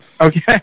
Okay